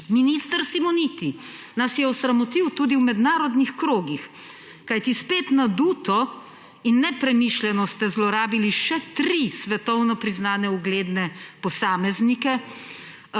Minister Simoniti nas je osramotil tudi v mednarodnih krogih. Spet naduto in nepremišljeno ste zlorabili še tri svetovno priznane ugledne posameznike,